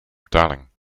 darling